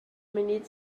mudiad